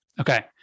Okay